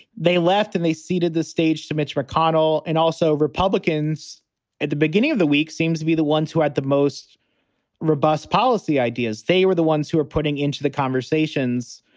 they left and they ceded the stage to mitch mcconnell and also republicans at the beginning of the week seems to be the ones who had the most robust policy ideas. they were the ones who are putting into the conversations,